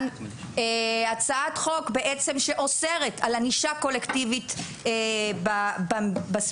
הצעת החוק אוסרת על ענישה קולקטיבית בספורט,